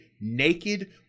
naked